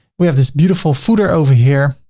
we have this beautiful footer over here,